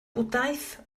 bwdhaeth